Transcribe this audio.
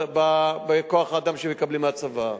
בכוח-האדם שמקבלים מהצבא.